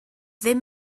ddim